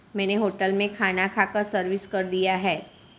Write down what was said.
मैंने होटल में खाना खाकर सर्विस कर दिया है